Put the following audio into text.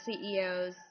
CEOs